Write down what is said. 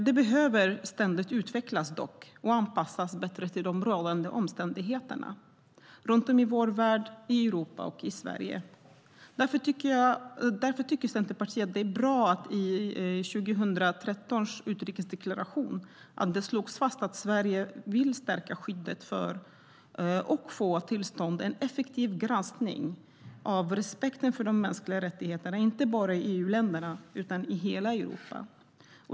Det behöver dock ständigt utvecklas och bättre anpassas till de rådande omständigheterna runt om i vår värld, i Europa och i Sverige. Därför tycker Centerpartiet att det är bra att det i 2013 års utrikesdeklaration slogs fast att Sverige vill stärka skyddet och få till stånd en effektiv granskning av respekten för de mänskliga rättigheterna inte bara i EU utan i hela Europa.